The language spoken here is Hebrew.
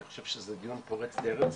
אני חושב שזה דיון פורץ דרך.